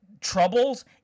troubles